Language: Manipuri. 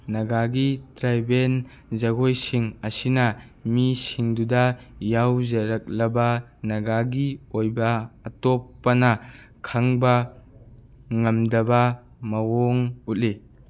ꯅꯥꯒꯥꯒꯤ ꯇ꯭ꯔꯥꯏꯕꯦꯜ ꯖꯒꯣꯏꯁꯤꯡ ꯑꯁꯤꯅ ꯃꯤꯁꯤꯡꯗꯨꯗ ꯌꯥꯎꯖꯔꯛꯂꯕ ꯅꯥꯒꯥꯒꯤ ꯑꯣꯏꯕ ꯑꯇꯣꯞꯄꯅ ꯈꯪꯕ ꯉꯝꯗꯕ ꯃꯑꯣꯡ ꯎꯠꯂꯤ